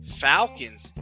Falcons